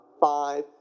five